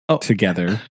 together